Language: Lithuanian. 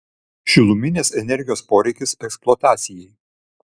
šiluminės energijos poreikis eksploatacijai